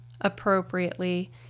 appropriately